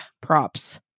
props